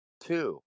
Two